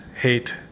hate